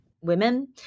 Women